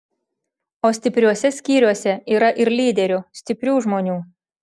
o stipriuose skyriuose yra ir lyderių stiprių žmonių